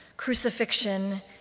crucifixion